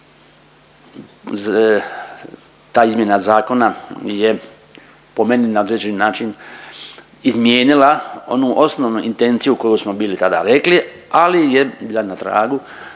Ta izmjena zakona je po meni na određeni način izmijenila onu osnovnu intenciju koju smo bili tada rekli ali je bila na tragu